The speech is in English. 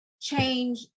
change